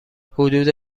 حدود